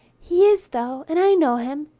he is, though and i know him,